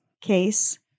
case